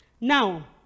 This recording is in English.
Now